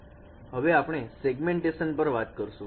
segmentation હવે આપણે segmentation પર વાત કરશું